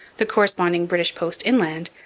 the corresponding british post inland,